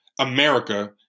America